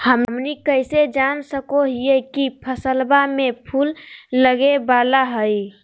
हमनी कइसे जान सको हीयइ की फसलबा में फूल लगे वाला हइ?